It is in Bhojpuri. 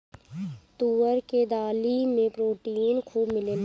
तुअर के दाली में प्रोटीन खूब मिलेला